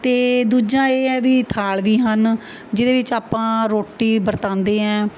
ਅਤੇ ਦੂਜਾ ਇਹ ਹੈ ਵੀ ਥਾਲ ਵੀ ਹਨ ਜਿਹਦੇ ਵਿੱਚ ਆਪਾਂ ਰੋਟੀ ਵਰਤਾਉਂਦੇ ਹੈ